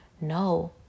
no